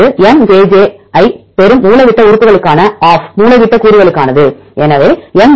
இது Mjj ஐப் பெறும் மூலைவிட்ட உறுப்புகளுக்கான ஆஃப் மூலைவிட்ட கூறுகளுக்கானது எம்